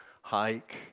hike